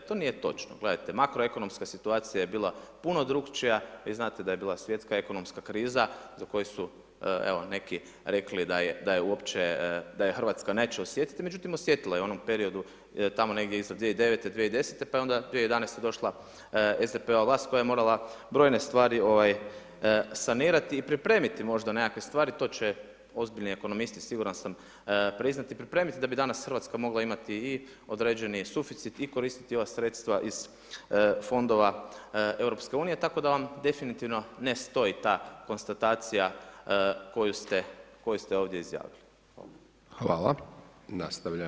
To nije točno, gledajte makroekonomska situacija je bila puno drukčija vi znate da je bila svjetska ekonomska kriza za koju su evo neki rekli da je uopće da je Hrvatska neće osjetiti, međutim osjetila je u onom periodu tamo negdje iza 2009., 2010. pa je onda 2011. došla SDP-ova vlast koja je morala brojne stvari sanirati i pripremiti možda nekakve stvari to će ozbiljni ekonomisti siguran sam priznati pripremi da bi danas Hrvatska mogla imati i određeni suficit i koristiti ova sredstva iz fondova EU, tako da vam definitivno ne stoji ta konstatacija koju ste ovdje izjavili.